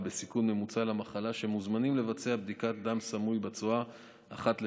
להוסיף בסל